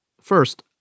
First